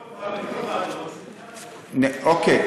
אוקיי.